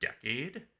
decade